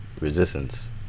Resistance